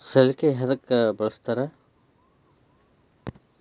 ಸಲಿಕೆ ಯದಕ್ ಬಳಸ್ತಾರ?